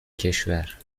کشور